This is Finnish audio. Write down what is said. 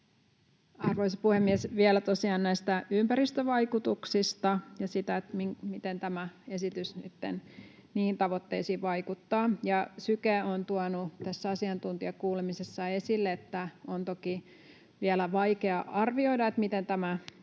Arvoisa puhemies! Vielä tosiaan näistä ympäristövaikutuksista ja siitä, miten tämä esitys nytten niihin tavoitteisiin vaikuttaa. Syke on tuonut tässä asiantuntijakuulemisessa esille, että on toki vielä vaikea arvioida, miten tämä